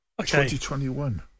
2021